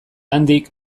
handik